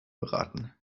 beraten